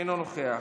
אינו נוכח,